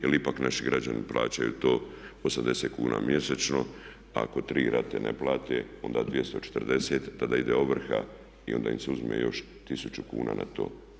Jer ipak naši građani plaćaju to 80 kn mjesečno, a ako 3 rate ne plate onda 240 i tada ide ovrha i onda im se uzme još 1000 kuna na to.